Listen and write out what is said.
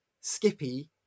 skippy